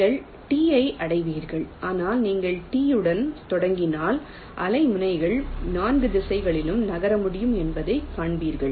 நீங்கள் T ஐ அடைவீர்கள் ஆனால் நீங்கள் T உடன் தொடங்கினால் அலை முனைகள் 4 திசைகளிலும் நகர முடியும் என்பதைக் காண்பீர்கள்